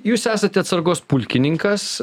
jūs esate atsargos pulkininkas